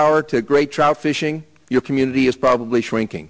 hour to a great trout fishing your community is probably shrinking